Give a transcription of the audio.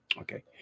Okay